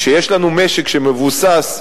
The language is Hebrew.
כשיש לנו משק שמבוסס,